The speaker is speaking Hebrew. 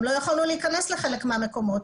גם לא יכולנו להיכנס לחלק מהמקומות.